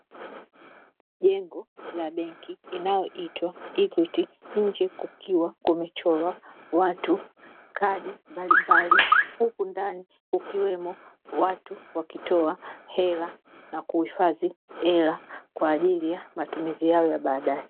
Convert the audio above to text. Jengo la benki inayoitwa "EQUITY",nje kukiwa kumechorwa watu kadi mbalimbali. Huku ndani kukiwemo watu wakitoa hela na kuhifadhi kwaajili ya matumizi yao ya Baadae.